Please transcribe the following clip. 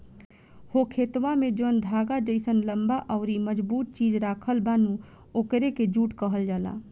हो खेतवा में जौन धागा जइसन लम्बा अउरी मजबूत चीज राखल बा नु ओकरे के जुट कहल जाला